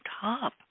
top